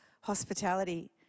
hospitality